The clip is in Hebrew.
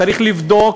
צריך לבדוק,